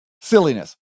silliness